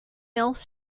else